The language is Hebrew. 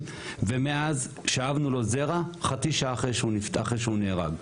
ומאז שאבנו לו זרע חצי שעה אחרי שהוא נהרג.